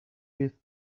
you